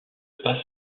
pas